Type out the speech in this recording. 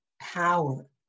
power